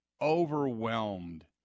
overwhelmed